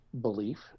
belief